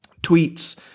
tweets